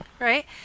right